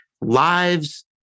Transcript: lives